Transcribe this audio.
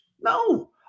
No